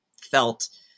felt